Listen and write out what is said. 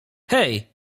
hej